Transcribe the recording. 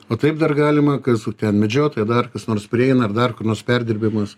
o taip dar galima kas tu ten medžiotoja dar kas nors prieina ar dar kur nors perdirbimas